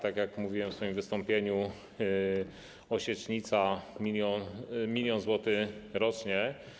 Tak jak mówiłem w swoim wystąpieniu: Osiecznica - 1 mln zł rocznie.